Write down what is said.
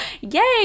Yay